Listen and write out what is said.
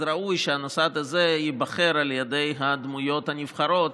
אז ראוי שהמוסד הזה ייבחר על ידי הדמויות הנבחרות